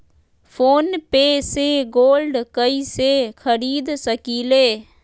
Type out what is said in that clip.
Phone पे से gold कईसे खरीद सकीले?